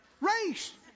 race